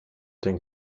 den